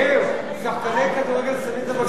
מאיר, שחקני כדורגל שמים את זה בגרב.